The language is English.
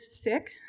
sick